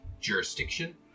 jurisdiction